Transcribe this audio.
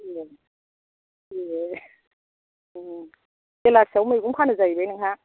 ए ए बेलासियाव मैगं फानो जाहैबाय नोंहा